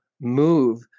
move